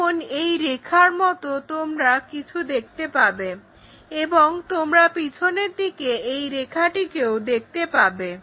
যেমন এই রেখার মতো তোমরা কিছু দেখতে পাবে এবং তোমরা পিছনের দিকের এই রেখাটিকেও দেখতে পাবে